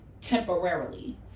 temporarily